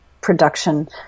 production